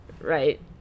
Right